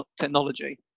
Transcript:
technology